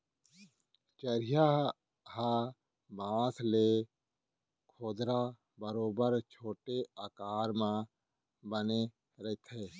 चरिहा ह बांस ले खोदरा बरोबर छोटे आकार म बने रथे